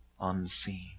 unseen